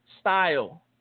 style